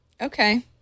Okay